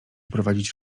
prowadzić